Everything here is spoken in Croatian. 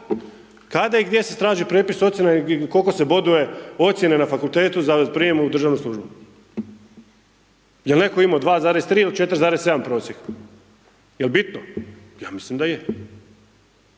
kada i gdje se traži prijepis ocjena i koliko se boduje ocjene na fakultetu za prijem u državnu službu, jel netko imamo 2,3 ili 4,7 prosjek, jel bitno, ja mislim da je,